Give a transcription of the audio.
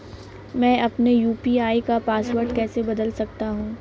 मैं अपने यू.पी.आई का पासवर्ड कैसे बदल सकता हूँ?